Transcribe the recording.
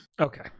Okay